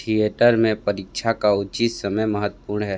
theatre में परीक्षा का उचित समय महत्वपूर्ण है